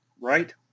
right